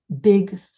big